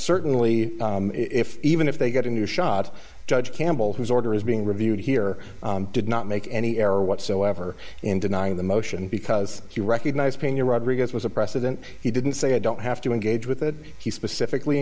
certainly if even if they get a new shot judge campbell who's order is being reviewed here did not make any error whatsoever in denying the motion because he recognized pena rodriguez was a precedent he didn't say i don't have to engage with it he specifically